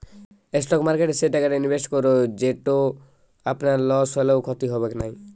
stock মার্কেটে সেই টাকাটা ইনভেস্ট করো যেটো আপনার লস হলেও ক্ষতি হবেক নাই